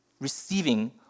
Receiving